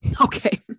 Okay